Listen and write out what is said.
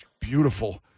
beautiful